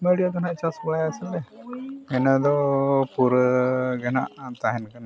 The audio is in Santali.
ᱵᱟᱹᱲᱤᱭᱟᱹ ᱫᱚᱞᱮ ᱪᱟᱥ ᱵᱟᱲᱟᱭᱟ ᱦᱟᱜ ᱥᱮ ᱤᱱᱟᱹ ᱫᱚ ᱯᱩᱨᱟᱹ ᱜᱮ ᱱᱟᱦᱟᱜ ᱛᱟᱦᱮᱱ ᱠᱟᱱᱟ